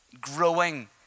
growing